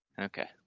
Okay